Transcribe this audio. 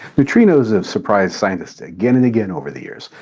neutrinos have surprised scientists again and again over the years,